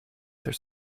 their